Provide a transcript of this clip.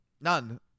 None